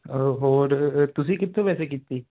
ਹੋਰ ਤੁਸੀਂ ਕਿੱਥੋਂ ਵੈਸੇ ਕੀਤੀ